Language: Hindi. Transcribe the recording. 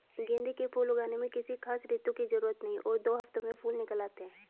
गेंदे के फूल उगाने में किसी खास ऋतू की जरूरत नहीं और दो हफ्तों में फूल निकल आते हैं